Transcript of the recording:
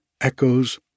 echoes